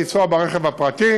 לנסוע ברכב הפרטי